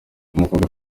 umukobwa